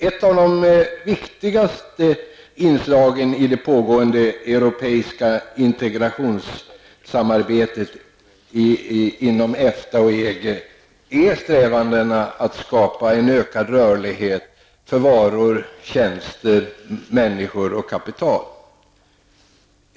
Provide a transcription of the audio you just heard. Ett av de viktigaste inslagen i det pågående europeiska integrationssamarbetet inom EFTA och EG är strävandena att skapa en ökad rörlighet för varor, tjänster, människor och kapital.